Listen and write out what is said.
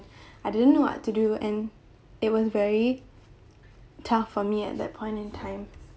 I didn't know what to do and it was very tough for me at that point in time